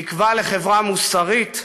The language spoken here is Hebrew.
תקווה לחברה מוסרית,